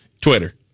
Twitter